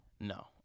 no